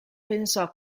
pensò